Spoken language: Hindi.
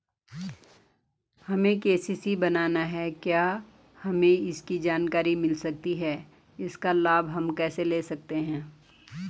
हमें के.सी.सी बनाना है क्या हमें इसकी जानकारी मिल सकती है इसका लाभ हम कैसे ले सकते हैं?